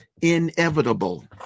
inevitable